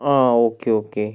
ആ okay okay